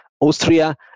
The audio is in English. Austria